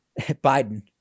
Biden